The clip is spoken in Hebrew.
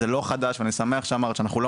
זה לא חדש ואני שמח שאמרת שאנחנו לא